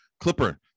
Clipper